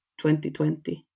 2020